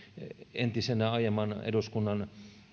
entisenä aiemman eduskunnan